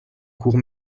court